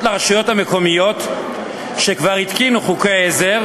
לרשויות המקומיות שכבר התקינו חוקי עזר,